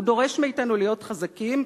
הוא דורש מאתנו להיות חזקים,